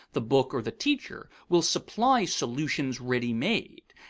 the book or the teacher, will supply solutions ready-made,